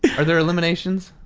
yeah are there eliminations?